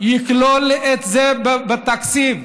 לכלול את זה בתקציב.